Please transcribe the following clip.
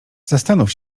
zastanów